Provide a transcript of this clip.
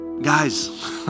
Guys